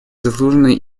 заслуженную